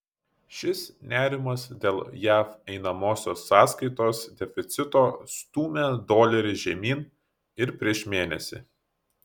šis nerimas dėl jav einamosios sąskaitos deficito stūmė dolerį žemyn ir prieš mėnesį